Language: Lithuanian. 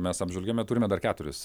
mes apžvelgėme turime dar keturis